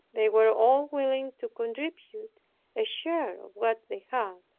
they were all willing to contribute a share of what they had,